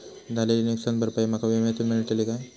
झालेली नुकसान भरपाई माका विम्यातून मेळतली काय?